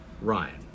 Ryan